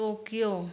Tokyo